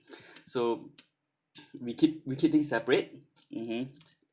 so we keep we keep things separate mmhmm